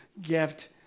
gift